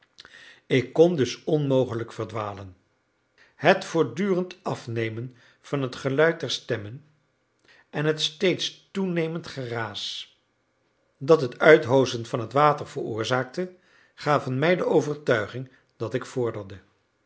ik kon dus onmogelijk verdwalen het voortdurend afnemen van het geluid der stemmen en het steeds toenemend geraas dat het uithoozen van het water veroorzaakte gaven mij de overtuiging dat ik